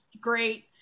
great